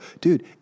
dude